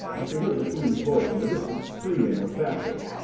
as she heard the queen's voice in the distance, screaming with passion.